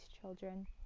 children